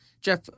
Jeff